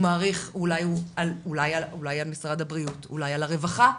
הוא משפיע אולי על משרד הבריאות,